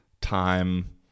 time